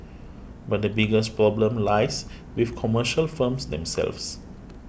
but the biggest problem lies with commercial firms themselves